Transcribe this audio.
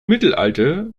mittelalter